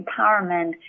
empowerment